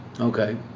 Okay